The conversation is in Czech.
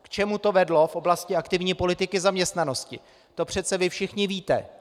K čemu to vedlo v oblasti aktivní politiky zaměstnanosti, to přece vy všichni víte.